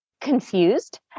confused